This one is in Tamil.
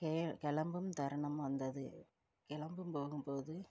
கே கிளம்பும் தருணம் வந்தது கிளம்பும் போகும்போது